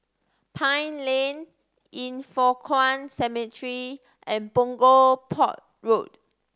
Pine Lane Yin Foh Kuan Cemetery and Punggol Port Road